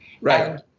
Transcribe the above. right